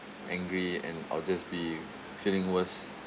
angry and I'll just be feeling worse